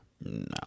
No